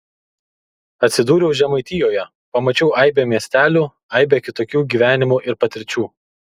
atsidūriau žemaitijoje pamačiau aibę miestelių aibę kitokių gyvenimų ir patirčių